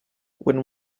where